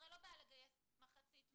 הרי לא בעיה לגייס מחצית מההורים.